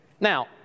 Now